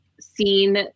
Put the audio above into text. seen